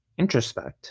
introspect